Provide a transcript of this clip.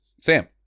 Sam